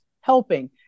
helping